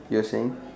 you were saying